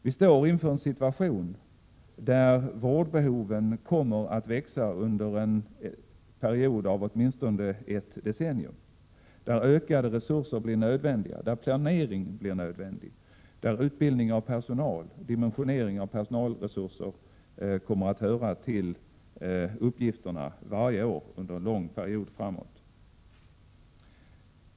Vi står inför en situation där vårdbehoven kommer att växa under en period av åtminstone ett decennium, där ökade resurser blir nödvändiga, där planering blir nödvändig och där utbildning av personal och dimensionering av personalresurser kommer att höra till uppgifterna varje år under en lång period framåt.